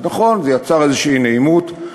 אז נכון, זה יצר אי-נעימות כלשהי.